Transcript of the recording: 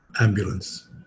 Ambulance